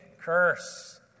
curse